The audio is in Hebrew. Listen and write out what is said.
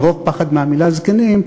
מרוב פחד מהמילה זקנים,